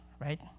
Right